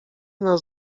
nas